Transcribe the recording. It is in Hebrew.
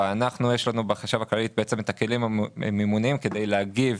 בחשב הכללי יש את הכלים המימוניים כדי להגיב